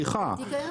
--- קיים?